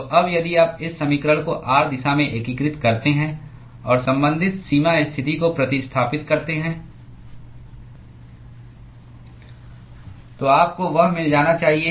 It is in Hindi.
तो अब यदि आप इस समीकरण को r दिशा में एकीकृत करते हैं और संबंधित सीमा स्थिति को प्रतिस्थापित करते हैं तो आपको वह मिल जाना चाहिए